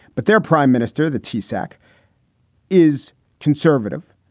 but their prime minister, the tesuque, is conservative,